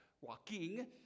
walking